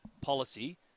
policy